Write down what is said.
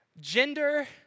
gender